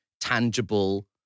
tangible